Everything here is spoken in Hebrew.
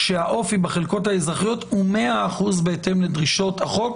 שהאופי בחלקות האזרחיות הוא מאה אחוז בהתאם לדרישות החוק?